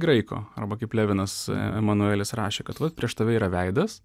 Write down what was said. graiko arba kaip levinas emanuelis rašė kad vat prieš tave yra veidas